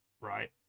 right